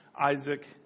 Isaac